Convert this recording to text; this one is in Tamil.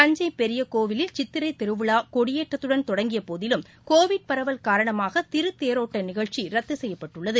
தஞ்சை பெரிய கோவிலில் சித்திரை திருவிழா கொடியேற்றத்துடன் தொடங்கிய போதிலும் கோவிட் பரவல் காரணமாக திருத்தேரோட்ட நிகழ்ச்சி ரத்து செய்யப்பட்டுள்ளது